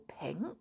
pink